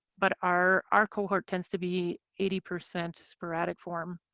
but our our cohort tends to be eighty percent sporadic form.